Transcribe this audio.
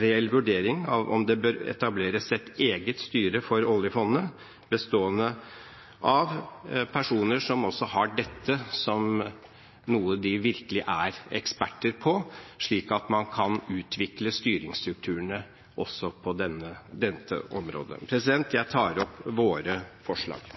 reell vurdering av om det bør etableres et eget styre for oljefondet, bestående av personer som har dette som noe de virkelig er eksperter på, slik at man kan utvikle styringsstrukturene også på dette området. Jeg tar opp våre forslag.